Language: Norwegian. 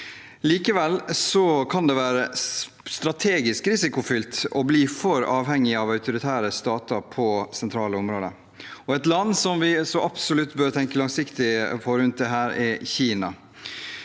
Likevel kan det være strategisk risikofylt å bli for avhengig av autoritære stater på sentrale områder. Et land som vi så absolutt bør tenke langsiktig om rundt